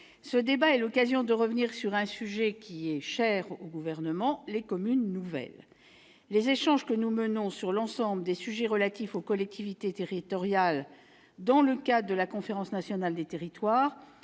ce débat est l'occasion de revenir sur un sujet qui est cher au Gouvernement : les communes nouvelles. Les échanges que nous menons sur l'ensemble des sujets relatifs aux collectivités territoriales dans le cadre de la Conférence nationale des territoires